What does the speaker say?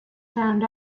found